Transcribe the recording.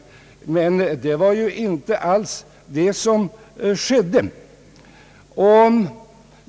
Men det var ju inte alls det som skedde.